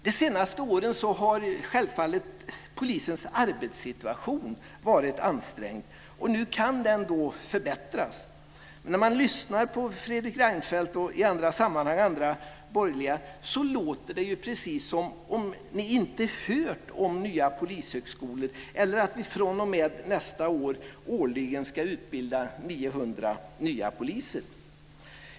De senaste åren har självfallet polisens arbetssituation varit ansträngd. Nu kan den förbättras. När man lyssnar till Fredrik Reinfeldt och andra borgerliga politiker låter det precis som om ni inget hört om nya polishögskolor eller att vi fr.o.m. nästa år årligen ska utbilda 900 nya poliser.